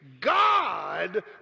God